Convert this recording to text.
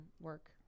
work